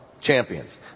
champions